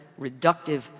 reductive